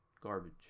garbage